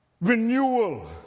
renewal